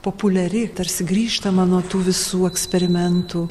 populiari tarsi grįžtama nuo tų visų eksperimentų